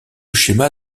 schéma